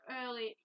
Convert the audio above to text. early